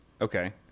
Okay